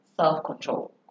self-control